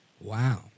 Wow